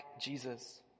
Jesus